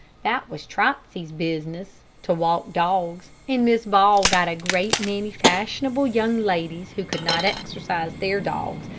that was trotsey's business, to walk dogs, and miss ball got a great many fashionable young ladies who could not exercise their dogs,